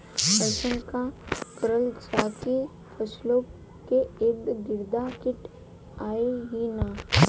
अइसन का करल जाकि फसलों के ईद गिर्द कीट आएं ही न?